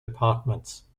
departments